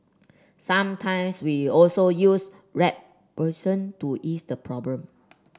sometimes we also use rat poison to ease the problem